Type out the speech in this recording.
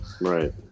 right